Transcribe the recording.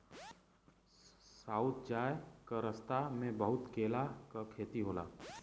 south जाए क रस्ता में बहुत केला क खेती होला